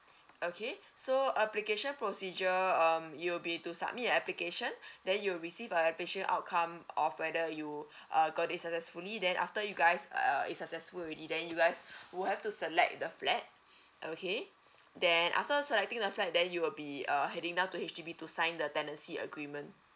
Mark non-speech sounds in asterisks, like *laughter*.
okay so application procedure um you'll be to submit application *breath* then you will receive application outcome of whether you *breath* uh got this successfully then after you guys uh is successful already then you guys *breath* will have to select the flat *breath* okay then after selecting the flat then you will be uh heading down to H_D_B to sign the tenancy agreement